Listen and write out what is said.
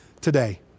today